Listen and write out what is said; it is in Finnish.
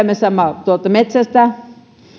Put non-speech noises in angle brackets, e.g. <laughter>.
<unintelligible> me saamme tuolta metsästä